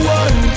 one